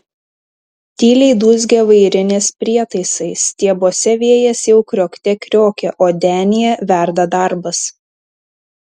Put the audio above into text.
tyliai dūzgia vairinės prietaisai stiebuose vėjas jau kriokte kriokia o denyje verda darbas